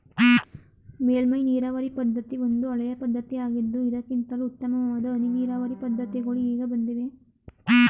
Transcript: ಮೇಲ್ಮೈ ನೀರಾವರಿ ಪದ್ಧತಿ ಒಂದು ಹಳೆಯ ಪದ್ಧತಿಯಾಗಿದ್ದು ಇದಕ್ಕಿಂತಲೂ ಉತ್ತಮವಾದ ಹನಿ ನೀರಾವರಿ ಪದ್ಧತಿಗಳು ಈಗ ಬಂದಿವೆ